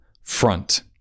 front